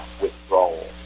withdrawal